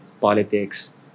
politics